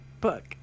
book